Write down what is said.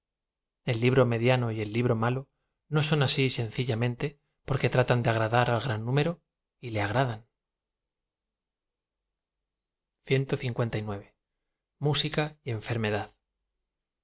el libro mediano y el libro malo no son asi sencillamente porque tratan de agradar al gran nú mero y le agradan flirtea y enfermedad